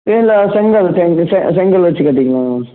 இல்லை செங்கல் செங்கு செ செங்கல் வச்சி கட்டிக்கலாங்கண்ணா